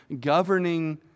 governing